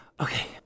Okay